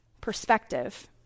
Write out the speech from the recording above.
perspective